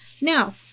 Now